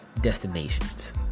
destinations